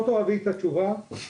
לא סתם הודיתי לך בראשית